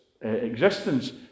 existence